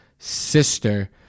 sister